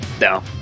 no